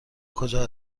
کجا